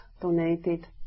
donated